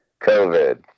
covid